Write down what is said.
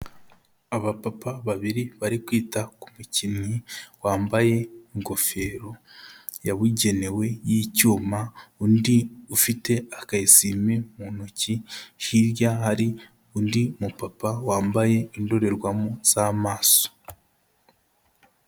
Abapapa babiri bari kwita ku mukinnyi wambaye ingofero yabugenewe y'icyuma, undi ufite aka esime mu ntoki, hirya hari undi mupapa wambaye indorerwamo z'amaso.